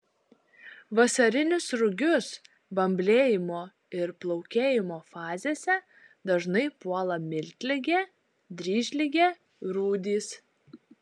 vasarinius rugius bamblėjimo ir plaukėjimo fazėse dažnai puola miltligė dryžligė rūdys